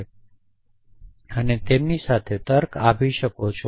અને તેમની સાથે તર્ક આપી શકો છો